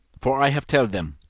for i have tell them.